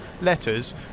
letters